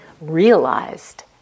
realized